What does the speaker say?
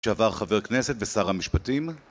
שלעבר חבר כנסת ושר המשפטים